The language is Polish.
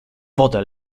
wodę